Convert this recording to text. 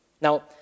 Now